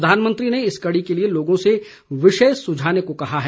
प्रधानमंत्री ने इस कड़ी के लिए लोगों से विषय सुझाने को कहा है